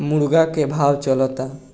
मुर्गा के का भाव चलता?